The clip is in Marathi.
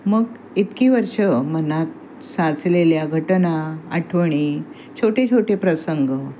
मग इतकी वर्ष मनात साचलेल्या घटना आठवणी छोटे छोटे प्रसंग